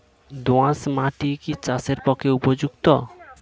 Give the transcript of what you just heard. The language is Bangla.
দোআঁশ মাটি কি চাষের পক্ষে উপযুক্ত?